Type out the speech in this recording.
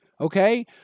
okay